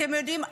אתם יודעים,